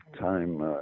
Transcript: time